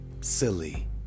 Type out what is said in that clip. silly